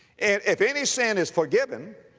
if any sin is forgiven,